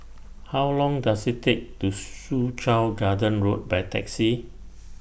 How Long Does IT Take to get to Soo Chow Garden Road By Taxi